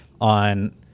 on